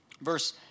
verse